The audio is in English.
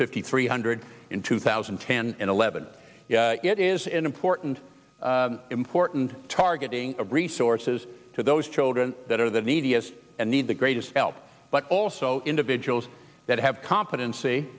fifty three hundred in two thousand and ten eleven it is an important important targeting of resources to those children that are the neediest and need the greatest help but also individuals that have competency